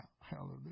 Hallelujah